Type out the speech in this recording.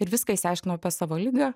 ir viską išsiaiškinau apie savo ligą